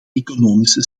economische